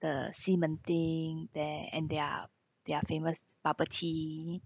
the ximending there and their their famous bubble tea